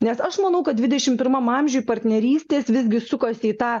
nes aš manau kad dvidešim pirmam amžiuj partnerystės visgi sukasi į tą